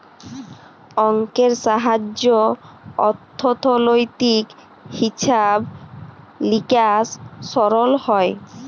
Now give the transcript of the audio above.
অংকের সাহায্যে অথ্থলৈতিক হিছাব লিকাস সরল হ্যয়